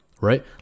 right